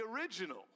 original